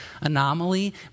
anomaly